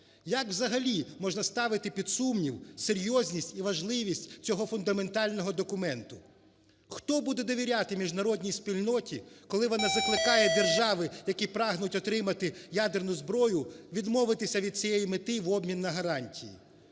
Як взагалі можна ставити під сумнів серйозність і важливість цього фундаментального документа? Хто буде довіряти міжнародній спільноті, коли вона закликає держави, які прагнуть отримати ядерну зброю, відмовитися від цієї мети в обмін на гарантії.